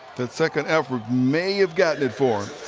second effort may have gotten it for